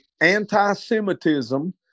anti-Semitism